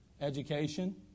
education